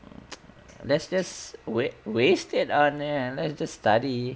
that's that's wa~ wasted on it let's just study